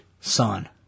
son